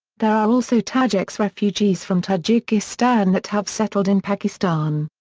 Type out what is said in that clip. there are also tajiks refugees from tajikistan that have settled in pakistan.